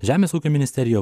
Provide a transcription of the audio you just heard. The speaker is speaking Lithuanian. žemės ūkio ministerija